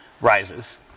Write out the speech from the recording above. rises